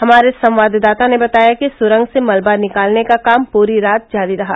हमारे संवाददाता ने बताया कि सुरंग से मलबा निकालने का काम पूरी रात जारी रहा